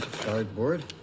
cardboard